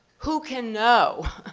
who can know